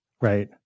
Right